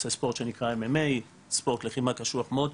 עושה ספורט שנקרא MMA ספורט לחימה קשוח מאוד,